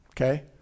Okay